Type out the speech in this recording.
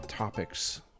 topics